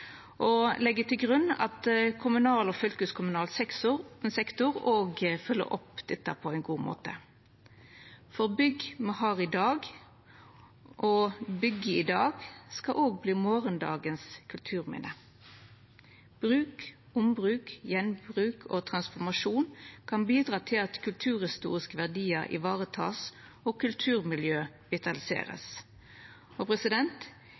og legg til grunn at kommunal og fylkeskommunal sektor òg følgjer opp dette på ein god måte. For bygg me har i dag, og dei me byggjer i dag, skal verta kulturminne i morgon. Bruk, ombruk, gjenbruk og transformasjon kan bidra til at kulturhistoriske verdiar vert tekne vare på og kulturmiljø vert vitaliserte. Eg ser fram til og